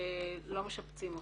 ושלא משפצים אותן.